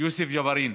יוסף ג'בארין,